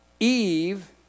Eve